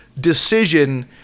decision